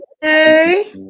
Hey